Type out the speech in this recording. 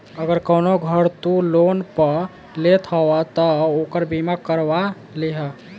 अगर कवनो घर तू लोन पअ लेत हवअ तअ ओकर बीमा करवा लिहअ